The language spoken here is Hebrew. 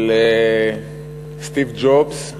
של סטיב ג'ובס,